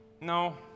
No